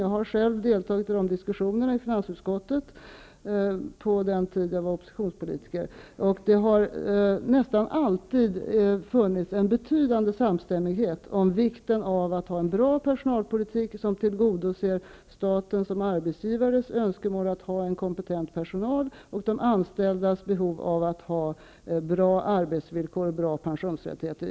Jag deltog själv i de diskussionerna i finansutskottet på den tid jag var oppositionspolitiker, och det har nästan alltid funnits en bety dande samstämmighet om vikten av att ha en bra personalpolitik, som tillgo doser arbetsgivaren statens önskemål om att ha en kompetent personal och de anställdas behov av att ha bra arbetsvillkor och bra pensionsrättigheter.